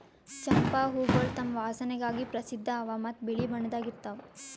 ಚಂಪಾ ಹೂವುಗೊಳ್ ತಮ್ ವಾಸನೆಗಾಗಿ ಪ್ರಸಿದ್ಧ ಅವಾ ಮತ್ತ ಬಿಳಿ ಬಣ್ಣದಾಗ್ ಇರ್ತಾವ್